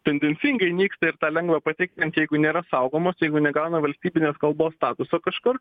tendencingai nyksta ir tą lengva patikrint jeigu nėra saugomos jeigu negauna valstybinės kalbos statuso kažkur